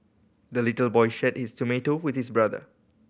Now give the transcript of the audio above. the little boy shared his with his brother